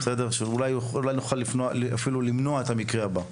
על מנת שנוכל אולי אפילו למנוע את המקרה הבא.